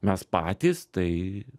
mes patys tai